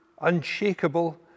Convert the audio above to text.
unshakable